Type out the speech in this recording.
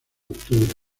octubre